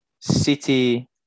City